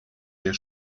der